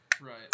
Right